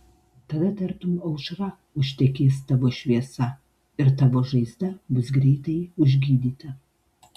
tada tartum aušra užtekės tavo šviesa ir tavo žaizda bus greitai užgydyta